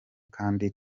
kandi